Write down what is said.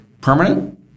Permanent